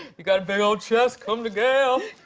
you got a big ol' chest, come to gayle!